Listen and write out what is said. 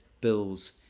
bills